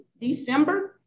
December